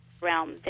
realm